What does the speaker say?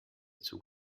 zug